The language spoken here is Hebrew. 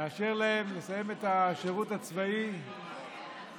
נאפשר להם לסיים את השירות הצבאי, את